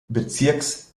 bezirks